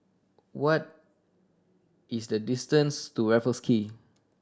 what is the distance to Raffles Quay